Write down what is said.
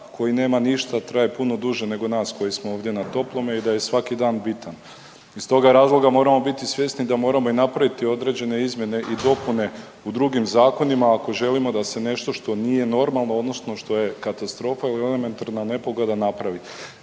koji nema ništa traje puno duže nego nas koji smo ovdje na toplome i da je svaki dan bitan. Iz toga razloga moramo biti svjesni da moramo i napraviti određene izmjene i dopune u drugim zakonima ako želimo da se nešto što nije normalno, odnosno što je katastrofa ili elementarna nepogoda, napravi